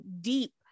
deep